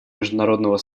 международного